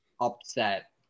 upset